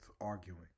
arguing